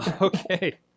okay